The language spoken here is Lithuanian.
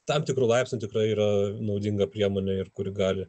tam tikru laipsniu tikrai yra naudinga priemonė ir kuri gali